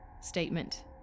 Statement